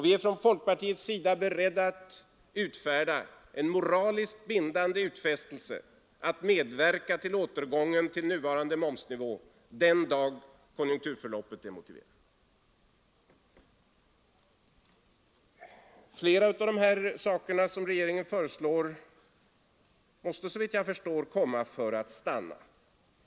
Vi är i folkpartiet beredda att göra en moraliskt bindande utfästelse att medverka till återgång till nuvarande momsnivå den dag då konjunkturförloppet det motiverar. Flera av de åtgärder som regeringen föreslår måste, såvitt jag förstår, komma för att stanna.